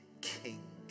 king